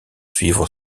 suivre